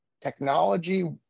technology